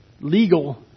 legal